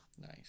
Nice